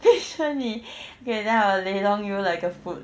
make sure 你给人家 lelong you like a food